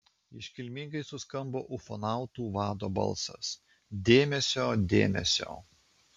iškilmingai suskambo ufonautų vado balsas dėmesio dėmesio